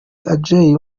adjei